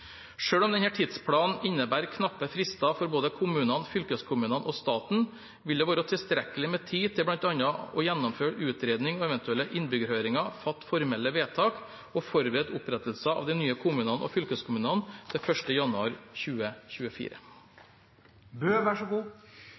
om denne tidsplanen innebærer knappe frister for både kommunene, fylkeskommunene og staten, vil det være tilstrekkelig med tid til bl.a. å gjennomføre utredning og eventuelle innbyggerhøringer, fatte formelle vedtak og forberede opprettelsen av de nye kommunene og fylkeskommunene til 1. januar 2024.